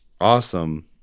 awesome